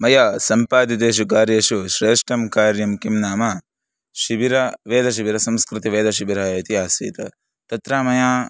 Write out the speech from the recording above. मया सम्पादितेषु कार्येषु श्रेष्ठं कार्यं किं नाम शिबिरं वेदशिबिरं संस्कृतिवेदशिबिरम् इति आसीत् तत्र मया